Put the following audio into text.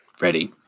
Ready